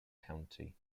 county